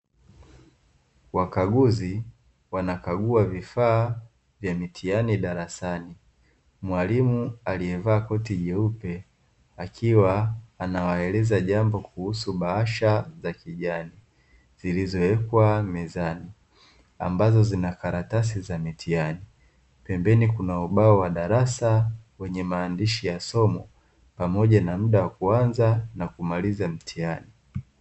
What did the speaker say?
Wakaguzi wanakagua vifaa vya mitihani darasani, mwalimu aliyevaa koti jeupe akiwa anawaeleza jambo kuhusu bahasha za kijani zilizowekwa mezani ambazo zina karatasi za mitihani, pembeni kuna ubao wa darasa wenye maandishi ya somo pamoja na muda wa kuanza na kumaliza mitihani.